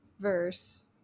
Verse